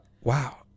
wow